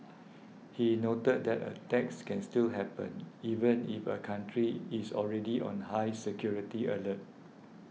he noted that attacks can still happen even if a country is already on high security alert